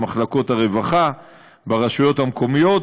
במחלקות הרווחה ברשויות המקומיות,